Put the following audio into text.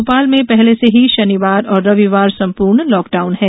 भोपाल में पहले से ही शनिवार और रविवार संपूर्ण लॉकडाउन है